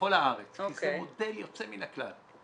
לכל הארץ, כי זה מודל יוצא מן הכלל.